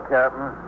Captain